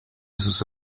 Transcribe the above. sus